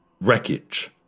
Wreckage